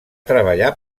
treballar